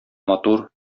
матур